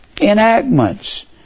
enactments